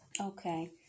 Okay